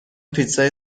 پیتزای